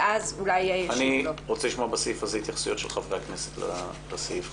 ואז אולי --- אני רוצה לשמוע התייחסויות של חברי הכנסת לסעיף הזה.